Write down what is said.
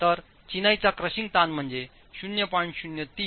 तर चिनाईचा क्रशिंग ताण म्हणजे 0